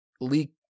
leak